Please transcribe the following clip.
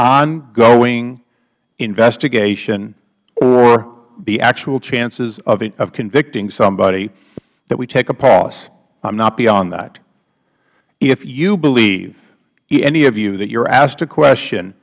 ongoing investigation or the actual chances of convicting somebody that we take a pause i am not beyond that if you believe any of you that you are asked a question